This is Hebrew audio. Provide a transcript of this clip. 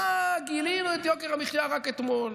מה גילינו את יוקר המחיה רק אתמול.